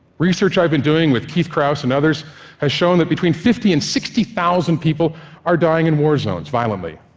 research i've been doing with keith krause and others has shown that between fifty thousand and sixty thousand people are dying in war zones violently.